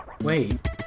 Wait